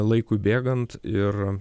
laikui bėgant ir